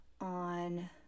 on